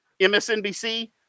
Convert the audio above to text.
MSNBC